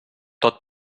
tot